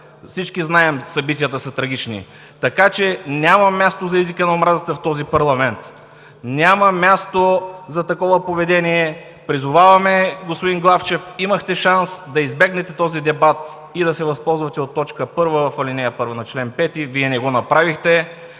Всички знаем – събитията са трагични. Няма място за езика на омразата в този парламент, няма място за такова поведение. Призоваваме Ви, господин Главчев, имахте шанс да избегнете този дебат и да се възползвате от т. 1 в ал. 1 на чл. 5. Вие не го направихте.